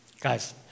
Guys